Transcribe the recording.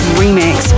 remix